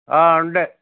ആ ഉണ്ട്